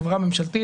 חברה ממשלתית,